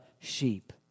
sheep